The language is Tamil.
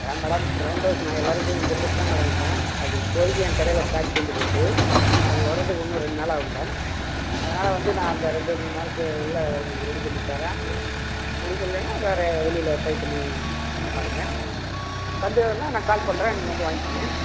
அதான் மேடம் ப்ரௌன் ரைஸ் நான் எல்லாருக்கும் கொடுத்துட்டுதான் மேடம் இருந்தேன் அது இப்போதிக்கு ஏன் கடையில ஸ்டாக் தீர்ந்து போச்சு அது வர்றதுக்கு இன்னும் ரெண்டு நாள் ஆகும் மேடம் அதனால் வந்து நான் அந்த ரெண்டு மூணு நாளுக்குள்ளே உங்களுக்கு ரெடி பண்ணி தரேன் பிடிக்கலேன்னா வேறு வெளியில ட்ரை பண்ணி பாருங்கள் வந்தோன்ன நான் கால் பண்ணுறேன் நீங்கள் வந்து வாங்கிக்கிங்க